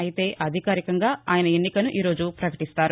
అయితే అధికారికంగా ఆయన ఎన్నికను ఈరోజు ప్రకటిస్తారు